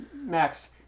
Max